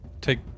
take